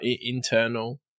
internal